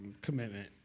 commitment